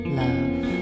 love